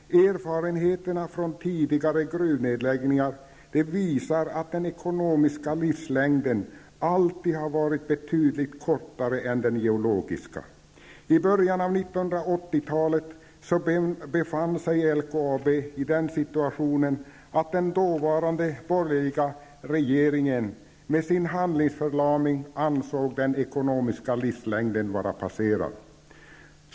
Erfarenheterna från tidigare gruvnedläggningar visar att den ekonomiska livslängden alltid har varit betydligt kortare än den geologiska. I början av 1980-talet befann sig LKAB i den situationen, att den dåvarande borgerliga regeringen med sin handlingsförlamning ansåg den ekonomiska livslängden vara passerad.